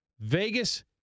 Vegas